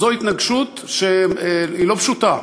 זו התנגשות שהיא לא פשוטה.